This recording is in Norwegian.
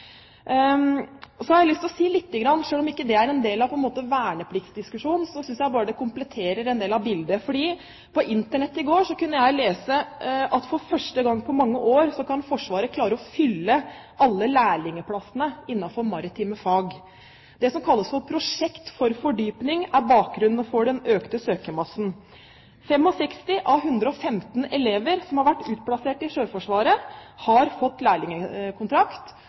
å si litt om noe som ikke er en del av vernepliktsdiskusjonen, men som jeg synes kompletterer en del av bildet. På Internett i går kunne jeg lese at for første gang på mange år kan Forsvaret klare å fylle alle lærlingplassene innenfor maritime fag. Det som kalles for Prosjekt til fordypning, er bakgrunnen for den økte søkermassen. 65 av 115 elever som har vært utplassert i Sjøforsvaret, har fått lærlingkontrakt.